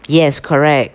yes correct